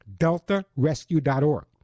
deltarescue.org